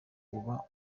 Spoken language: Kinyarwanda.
uba